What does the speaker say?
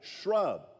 shrub